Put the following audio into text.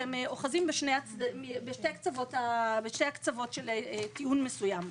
שהם אוחזים בשתי הקצוות של טיעון מסוים.